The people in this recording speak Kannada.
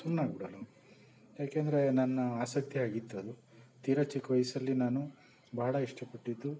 ಸುಮ್ನಾಗಿಬಿಡೋರು ಯಾಕಂದರೆ ನನ್ನ ಆಸಕ್ತಿ ಆಗಿತ್ತದು ತೀರಾ ಚಿಕ್ಕ ವಯಸ್ಸಲ್ಲಿ ನಾನು ಭಾಳ ಇಷ್ಟಪಟ್ಟಿದ್ದು